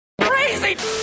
Crazy